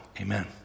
Amen